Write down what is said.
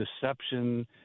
deception